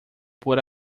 por